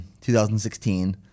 2016